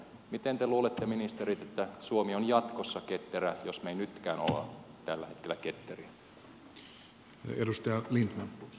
miten te luulette ministerit että suomi on jatkossa ketterä jos me emme nytkään ole tällä hetkellä ketteriä